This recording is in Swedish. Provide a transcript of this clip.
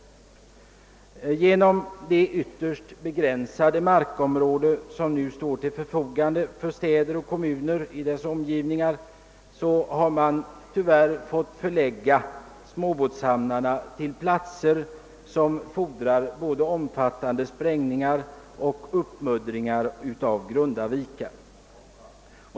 På grund av att ytterst begränsade markområden nu står till förfogande för städer och kommuner i deras omgivningar har det tyvärr blivit nödvän digt att förlägga småbåtshamnar till platser där det fordras både omfattande sprängningar och uppmuddringar av grunda vikar.